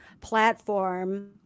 platform